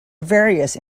various